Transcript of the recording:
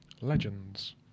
Legends